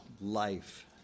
life